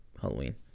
Halloween